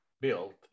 built